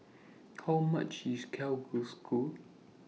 How much IS Kalguksu